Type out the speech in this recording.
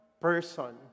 person